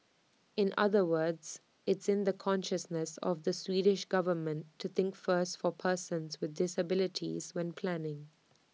in other words it's in the consciousness of the Swedish government to think first for persons with disabilities when planning